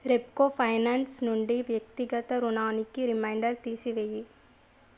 Repco finance నుండి వ్యక్తిగత రుణానికి రిమైండర్ తీసి వేయి